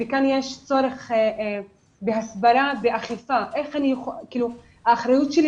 כאן יש צורך בהסברה ובאכיפה זאת האחריות שלי